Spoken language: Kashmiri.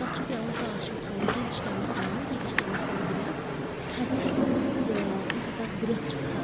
تَتھ چھُ پیٚوان کاشوٕ تھاوُن تیٖتِس ٹایمَس مَنٛز ییٖتِس ٹایمَس نہٕ گریٚکھ کھَسہِ تہٕ یُتھٕے تتھ گریٚکھ چھِ کھَ